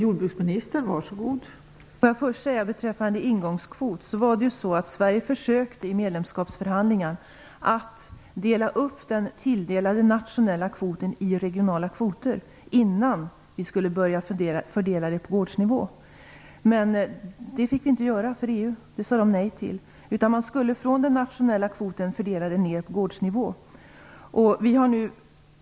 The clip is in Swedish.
Fru talman! Beträffande ingångskvoten vill jag säga att Sverige i medlemskapsförhandlingarna försökte dela upp den tilldelade nationella kvoten i regionala kvoter innan vi skulle börja fördela dem på gårdsnivå. Detta fick vi inte göra för EU. Man sade nej till det. Man skulle fördela ner på gårdsnivå från den nationella kvoten.